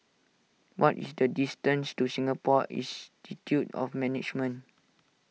what is the distance to Singapore Institute of Management